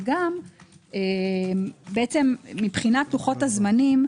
וגם מבחינת לוחות הזמנים,